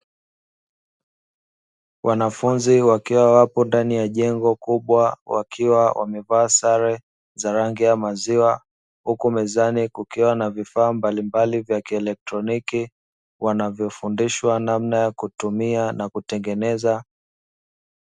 Wanafunzi wakiwa wapo ndani ya jengo kubwa wakiwa wamevaa sare za rangi ya maziwa huku mezani kukiwa na vifaa mbalimbali vya kielektroniki, wanavyo fundishwa namna ya kutumia na kutebgeneza.